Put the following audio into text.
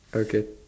okay